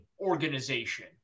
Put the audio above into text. organization